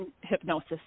hypnosis